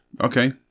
Okay